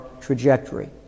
trajectory